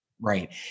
Right